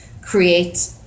create